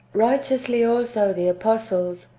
righteously also the apostles,